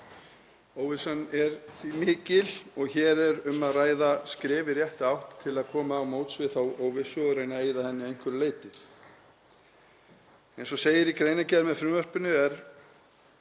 Óvissan er því mikil og hér er um að ræða skref í rétta átt til að koma til móts við þá óvissu og reyna að eyða henni að einhverju leyti. Eins og segir í greinargerð með frumvarpinu er